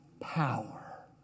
power